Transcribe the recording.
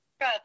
good